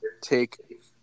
Take